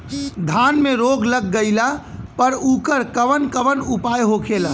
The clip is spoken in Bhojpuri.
धान में रोग लग गईला पर उकर कवन कवन उपाय होखेला?